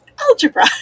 algebra